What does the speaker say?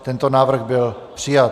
Tento návrh byl přijat.